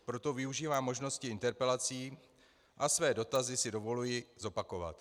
Proto využívám možnosti interpelací a své dotazy si dovoluji zopakovat.